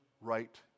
right